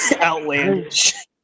outlandish